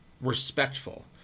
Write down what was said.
respectful